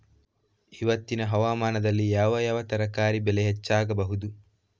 ಇವತ್ತಿನ ಹವಾಮಾನದಲ್ಲಿ ಯಾವ ಯಾವ ತರಕಾರಿ ಬೆಳೆ ಹೆಚ್ಚಾಗಬಹುದು?